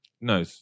no